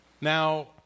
Now